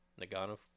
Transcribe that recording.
Nagano